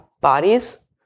bodies